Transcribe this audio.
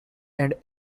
and